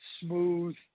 smooth